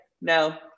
no